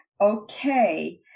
Okay